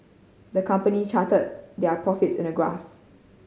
the company charted their profits in a graph